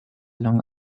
lang